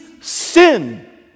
sin